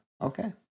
okay